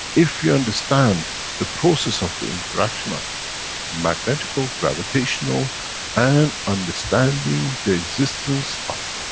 if you understand the process of the interaction of magnetical-gravitational and understanding the existence of